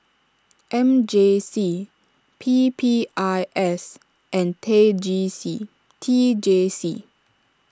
M J C P P I S and tag G C T J C